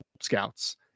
scouts